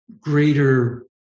greater